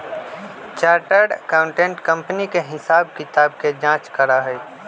chartered accountant company के हिसाब किताब के जाँच करा हई